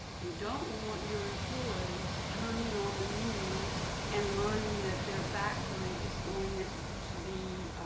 you don't want your employees turning on the news and learning that their factory is going and to be